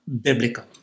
biblical